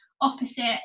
opposite